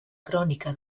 crònica